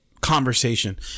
conversation